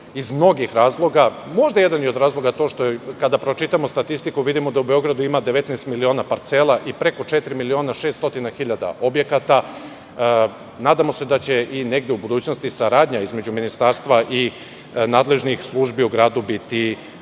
iz mnogih razloga. Možda je jedan od razloga i to što kada pročitamo statistiku vidimo da u Beogradu ima 19.000.000 parcela i preko 4.600.000 objekata. Nadamo se da će negde u budućnosti saradnja između ministarstva i nadležnih službi u gradu biti